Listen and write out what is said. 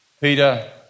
Peter